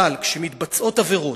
אבל כשמתבצעות עבירות,